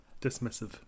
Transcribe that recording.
dismissive